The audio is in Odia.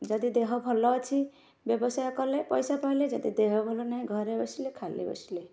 ଯଦି ଦେହ ଭଲ ଅଛି ବ୍ୟବସାୟ କଲେ ପଇସା ପାଇଲେ ଯଦି ଦେହ ଭଲ ନାହିଁ ଘରେ ବସିଲେ ଖାଲି ବସିଲେ